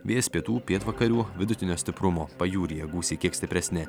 vėjas pietų pietvakarių vidutinio stiprumo pajūryje gūsiai kiek stipresni